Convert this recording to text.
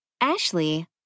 Ashley